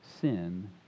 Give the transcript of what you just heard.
sin